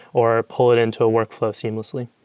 or pull it into ah work flow seamlessly